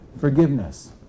forgiveness